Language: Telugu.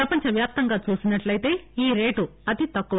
ప్రపంచ వ్యాప్తంగా చూసినట్లయితే ఈ రేటు అతి తక్కువ